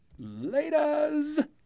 Laters